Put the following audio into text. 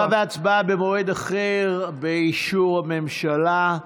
תשובה והצבעה במועד אחר, באישור הממשלה.